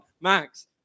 Max